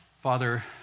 Father